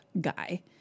guy